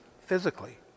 physically